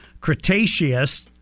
Cretaceous